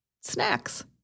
snacks